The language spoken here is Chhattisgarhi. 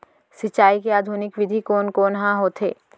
सिंचाई के आधुनिक विधि कोन कोन ह होथे?